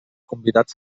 convidats